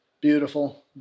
beautiful